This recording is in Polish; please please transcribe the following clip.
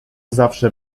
zawsze